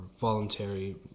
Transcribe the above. voluntary